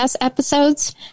episodes